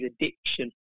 addiction